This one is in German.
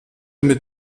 mit